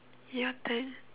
your turn